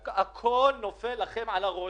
הכול נופל לכם על הראש.